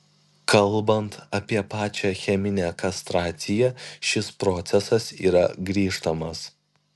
kalbant apie pačią cheminę kastraciją šis procesas yra grįžtamas